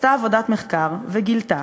עשתה עבודת מחקר וגילתה